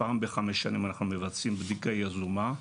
פעם בחמש שנים אנחנו מבצעים בדיקה יזומה,